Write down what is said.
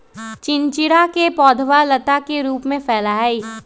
चिचिंडा के पौधवा लता के रूप में फैला हई